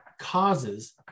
causes